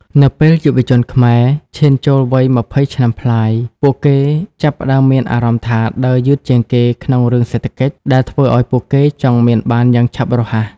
នៅពេលយុវជនខ្មែរឈានចូលវ័យ ២០ ឆ្នាំប្លាយ ពួកគេចាប់ផ្តើមមានអារម្មណ៍ថា "ដើរយឺតជាងគេ" ក្នុងរឿងសេដ្ឋកិច្ច ដែលធ្វើឱ្យពួកគេចង់មានបានយ៉ាងឆាប់រហ័ស។